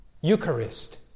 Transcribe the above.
Eucharist